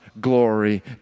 glory